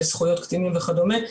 לזכויות קטינים וכדומה,